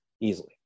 easily